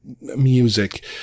music